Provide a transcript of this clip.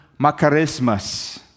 makarismas